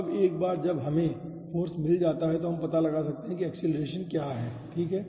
अब एक बार जब हमें फ़ोर्स मिल जाता है तो हम पता लगा सकते हैं कि एक्सेलरेशन क्या है ठीक है